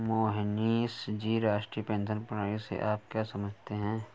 मोहनीश जी, राष्ट्रीय पेंशन प्रणाली से आप क्या समझते है?